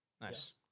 nice